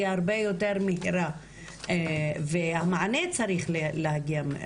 הרבה יותר מהירה והמענה צריך להגיע מהר.